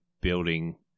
building